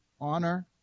Honor